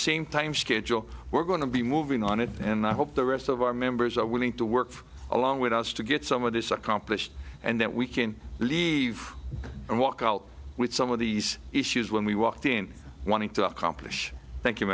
schedule we're going to be moving on it and i hope the rest of our members are willing to work along with us to get some of this accomplished and that we can leave and walk out with some of these issues when we walked in wanting to accomplish tha